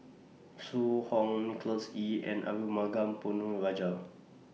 Zhu Hong Nicholas Ee and Arumugam Ponnu Rajah